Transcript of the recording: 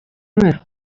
sooner